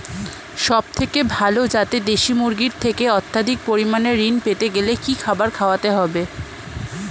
সবথেকে ভালো যাতে দেশি মুরগির থেকে অত্যাধিক পরিমাণে ঋণ পেতে গেলে কি খাবার খাওয়াতে হবে?